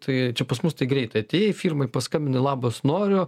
tai čia pas mus tai greitai atėjai firmai paskambinai labas noriu